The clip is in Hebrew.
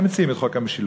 הם מציעים את חוק המשילות,